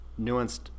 nuanced